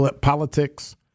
politics